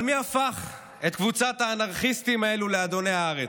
אבל מי הפך את קבוצת האנרכיסטים האלו לאדוני הארץ?